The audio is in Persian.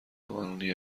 قانونی